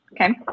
Okay